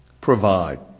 provide